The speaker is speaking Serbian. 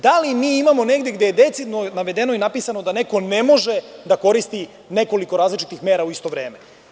Da li mi imamo negde gde je decidno navedeno i napisano da neko ne može da koristi nekoliko različitih mera u isto vreme?